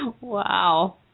Wow